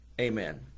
amen